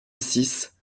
six